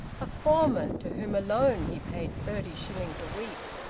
a foreman to whom alone he paid thirty shillings a week!